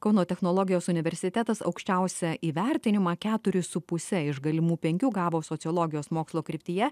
kauno technologijos universitetas aukščiausią įvertinimą keturis su puse iš galimų penkių gavo sociologijos mokslo kryptyje